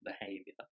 behavior